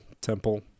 temple